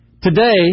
Today